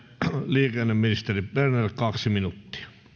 liikenneministeri bernerin kaksi minuuttia